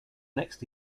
next